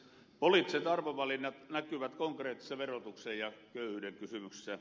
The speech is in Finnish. poliittiset arvovalinnat näkyvät konkreettisen verotuksen ja köyhyyden kysymyksissä